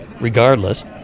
regardless